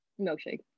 Milkshake